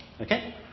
Okay